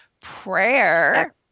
Prayer